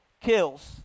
kills